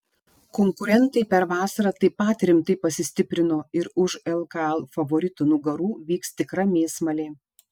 konkurentai per vasarą taip pat rimtai pasistiprino ir už lkl favoritų nugarų vyks tikra mėsmalė